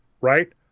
right